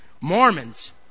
Mormons